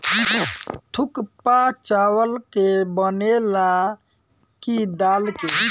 थुक्पा चावल के बनेला की दाल के?